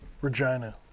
Regina